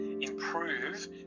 improve